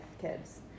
kids